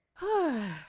huh.